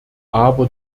aber